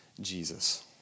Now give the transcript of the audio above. Jesus